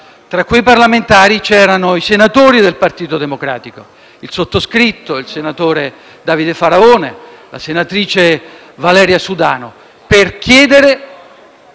Tra quei parlamentari c'erano i senatori del Partito Democratico - oltre al sottoscritto, il senatore Davide Faraone e la senatrice Valeria Sudano - per chiedere